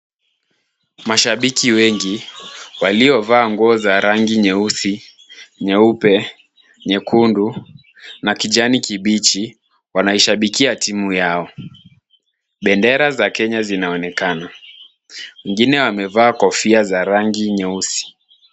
Mashabiki wengi waliovaa nguo za rangi nyeusi, nyeupe, nyekundu na kijani kibichi, wanaishabikia timu yao. Bendera za Kenya zinaonekana. Wengine wamevaa kofia za rangi nyeusi.